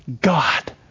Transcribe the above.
God